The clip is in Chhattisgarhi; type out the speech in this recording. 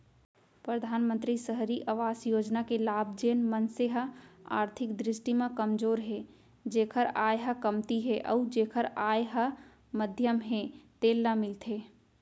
परधानमंतरी सहरी अवास योजना के लाभ जेन मनसे ह आरथिक दृस्टि म कमजोर हे जेखर आय ह कमती हे अउ जेखर आय ह मध्यम हे तेन ल मिलथे